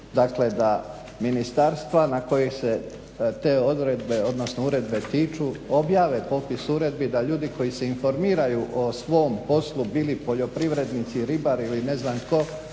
dakle da ministarstva na koje se te odredbe, odnosno uredbe tiču objave popis uredbi da ljudi koji se informiraju o svom poslu bili poljoprivrednici, ribari ili ne znam tko